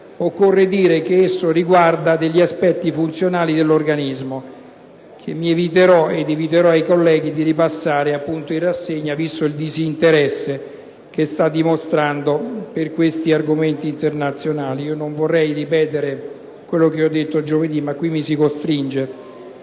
occorre dire che esso riguarda degli aspetti funzionali dell'organismo, che mi eviterò ed eviterò ai colleghi di passare in rassegna, visto il disinteresse che stanno dimostrando per questi argomenti internazionali. Non vorrei ripetere quello che ho detto giovedì, ma quasi mi si costringe